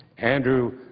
andrew